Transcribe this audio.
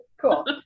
cool